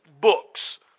books